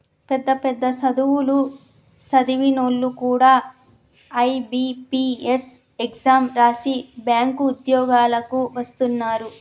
పెద్ద పెద్ద సదువులు సదివినోల్లు కూడా ఐ.బి.పీ.ఎస్ ఎగ్జాం రాసి బ్యేంకు ఉద్యోగాలకు వస్తున్నరు